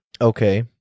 Okay